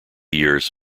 years